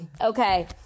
okay